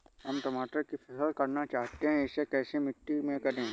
हम टमाटर की फसल करना चाहते हैं इसे कैसी मिट्टी में करें?